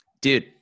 Dude